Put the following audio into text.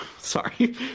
sorry